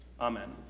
Amen